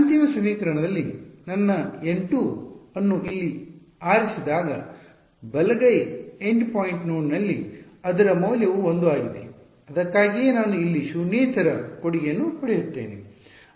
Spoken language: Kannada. ಅಂತಿಮ ಸಮೀಕರಣದಲ್ಲಿ ನನ್ನ N2 ಅನ್ನು ಇಲ್ಲಿ ಆರಿಸಿದಾಗ ಬಲಗೈ ಎಂಡ್ ಪಾಯಿಂಟ್ ನೋಡ್ನಲ್ಲಿ ಅದರ ಮೌಲ್ಯವು 1 ಆಗಿದೆ ಅದಕ್ಕಾಗಿಯೇ ನಾನು ಇಲ್ಲಿ ಶೂನ್ಯೇತರ ಕೊಡುಗೆಯನ್ನು ಪಡೆಯುತ್ತೇನೆ